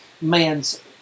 man's